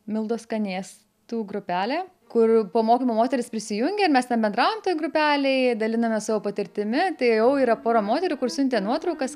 mildos skanės tų grupelė kur po mokymų moterys prisijungia ir mes ten bendraujam toj grupelėj dalinamės savo patirtimi tai jau yra pora moterų kur siuntė nuotraukas